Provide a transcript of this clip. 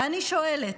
ואני שואלת: